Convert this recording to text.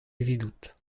evidout